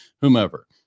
whomever